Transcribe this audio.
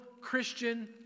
Christian